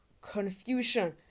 confusion